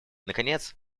наконец